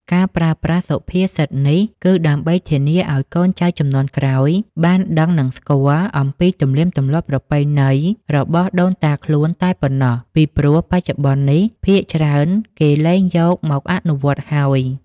ការប្រើប្រាស់សុភាសិតនេះ គឺដើម្បីធានាអោយកូនចៅជំនាន់ក្រោយបានដឹងនិងស្គាល់អំពីទំនៀមទម្លាប់ប្រពៃណីរបស់ដូនតាខ្លួនតែប៉ុណ្ណោះ ពីព្រោះបច្ចុប្បន្ននេះភាគច្រើនគេលែងយកមកអនុវត្តន៍ហើយ ។